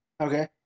Okay